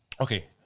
okay